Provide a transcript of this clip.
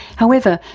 however,